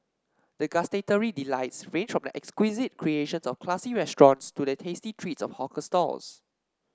the gustatory delights range from the exquisite creations of classy restaurants to the tasty treats of hawker stalls